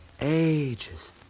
Ages